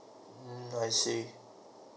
mm I see